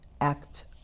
act